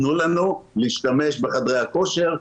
תנו לנו להשתמש בחדרי הכושר,